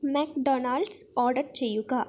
McDonald's order ചെയ്യുക